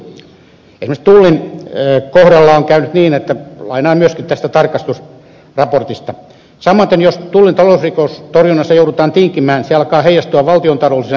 esimerkiksi tullin kohdalla on käynyt niin että lainaan myöskin tästä tarkastusraportista jos tullin talousrikostorjunnassa joudutaan tinkimään se alkaa heijastua valtiontaloudellisina menetyksinä